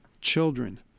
Children